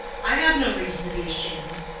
i have no reason to be ashamed.